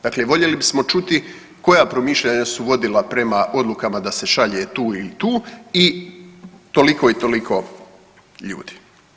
Dakle, voljeli bismo čuti koja promišljanja su vodila prema odlukama da se šalje tu ili tu i toliko i toliko ljudi.